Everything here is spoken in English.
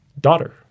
daughter